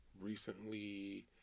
recently